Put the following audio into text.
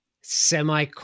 semi